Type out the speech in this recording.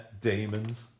demons